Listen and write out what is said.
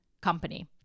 company